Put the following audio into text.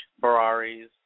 Ferraris